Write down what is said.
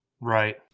Right